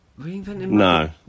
No